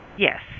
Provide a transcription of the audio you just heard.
Yes